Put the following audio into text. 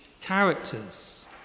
characters